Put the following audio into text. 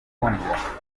kundya